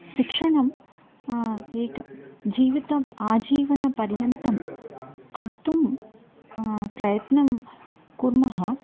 शिक्षणम् एकं जीवितम् आजीवनपर्यन्तं कर्तुं प्रयत्नं कुर्मः